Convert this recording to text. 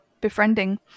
befriending